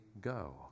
go